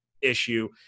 issue